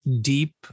deep